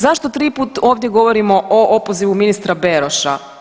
Zašto triput ovdje govorimo o opozivu ministra Beroša?